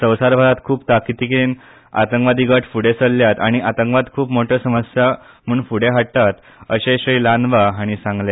संवसारभरात खूप ताकतीकेन आतंकवादी गट फूडे सरल्यात आनी आतंकवाद खूप मोटयो समस्या म्हूण फूडे हाडटात अशेंय श्री लांन्बा हांणी सांगले